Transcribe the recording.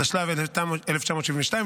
התשל"ב 1972,